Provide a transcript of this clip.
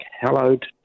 hallowed